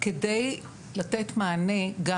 כדי לתת מענה גם